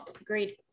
Agreed